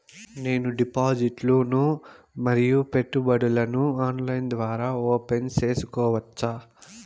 నేను డిపాజిట్లు ను మరియు పెట్టుబడులను ఆన్లైన్ ద్వారా ఓపెన్ సేసుకోవచ్చా?